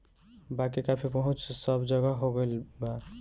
बाकी कॉफ़ी पहुंच सब जगह हो गईल बा